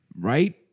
Right